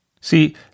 See